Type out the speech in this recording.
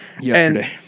Yesterday